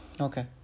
Okay